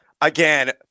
again